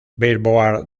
billboard